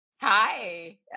Hi